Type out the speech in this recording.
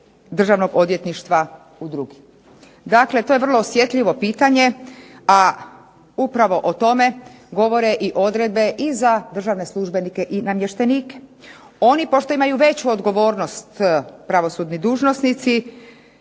državnog odvjetništva u drugi. Dakle, to je vrlo osjetljivo pitanje, a upravo o tome govore i odredbe i za državne službenike i namještenike. Oni pošto imaju veću odgovornost pravosudni dužnosnici